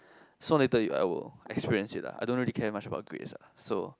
so later I will experienced it ah I don't really care much about grades ah so